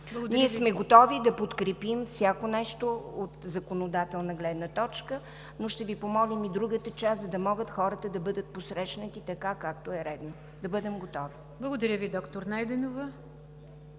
Ние сме готови да подкрепим всяко нещо от законодателна гледна точка, но ще помолим и другата част, за да могат хората да бъдат посрещнати така, както е редно – да бъдем готови. ПРЕДСЕДАТЕЛ НИГЯР ДЖАФЕР: Благодаря Ви, доктор Найденова.